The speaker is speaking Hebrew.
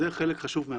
זה חלק חשוב מהחוק.